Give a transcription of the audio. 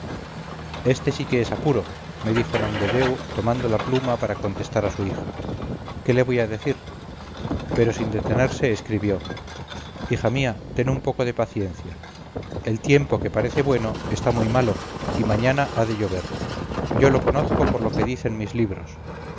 sí que es apuro me dijo nomdedeu tomando la pluma para contestar a su hija qué le voy a decir pero sin detenerse escribió hija mía ten un poco de paciencia el tiempo que parece bueno está muy malo y mañana ha de llover yo lo conozco por lo que dicen mis libros